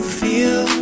feel